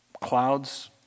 clouds